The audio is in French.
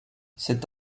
saint